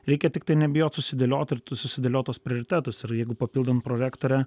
reikia tiktai nebijot susidėliot ir susidėliot tuos prioritetus ir jeigu papildom prorektorę